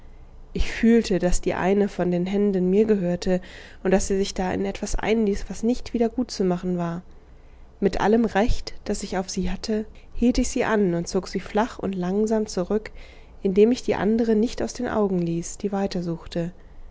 ich fühlte daß die eine von den händen mir gehörte und daß sie sich da in etwas einließ was nicht wieder gutzumachen war mit allem recht das ich auf sie hatte hielt ich sie an und zog sie flach und langsam zurück indem ich die andere nicht aus den augen ließ die